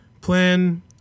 plan